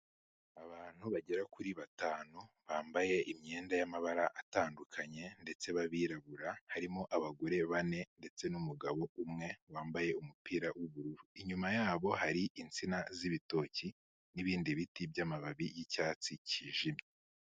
Abantu bagera kuri batanu bambaye imyenda y'amabara atandukanye ndetse b'abirabura, harimo abagore bane ndetse n'umugabo umwe wambaye umupira w'ubururu, inyuma yabo hari insina z'ibitoki n'ibindi biti by'mababi y'icyatsi cyijimye.